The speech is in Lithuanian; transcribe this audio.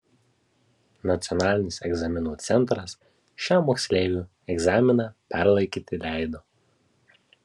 nacionalinis egzaminų centras šiam moksleiviui egzaminą perlaikyti leido